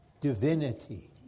divinity